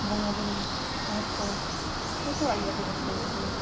ᱵᱚᱸᱜᱟ ᱵᱩᱨᱩ ᱦᱚᱲ ᱠᱚ ᱡᱷᱚᱛᱚᱣᱟᱜ ᱜᱮ ᱟᱹᱰᱤ ᱨᱟᱹᱥᱠᱟᱹᱧ ᱵᱩᱡᱷᱟᱹᱣᱟ